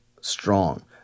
strong